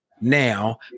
now